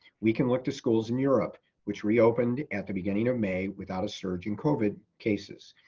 we can look to schools in europe which reopened at the beginning of may without a surge in covid cases.